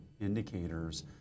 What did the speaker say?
indicators